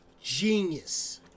genius